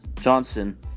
Johnson